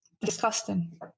disgusting